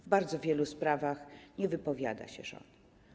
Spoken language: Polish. W bardzo wielu sprawach nie wypowiada się rząd.